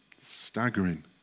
Staggering